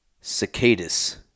cicadas